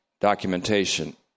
documentation